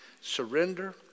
surrender